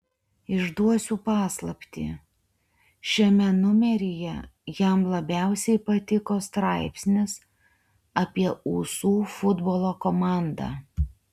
išduosiu paslaptį šiame numeryje jam labiausiai patiko straipsnis apie usų futbolo komandą